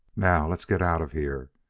now let's get out of here.